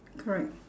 correct